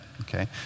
okay